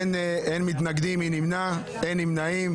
אין מתנגדים ואין נמנעים.